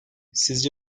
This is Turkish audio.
sizce